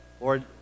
Lord